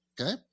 Okay